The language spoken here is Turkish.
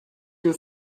gün